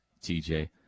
TJ